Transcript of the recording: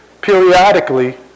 periodically